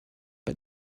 but